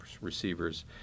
receivers